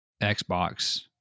Xbox